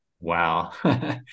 Wow